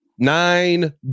nine